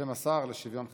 בשם השר לשוויון חברתי.